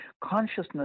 Consciousness